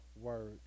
word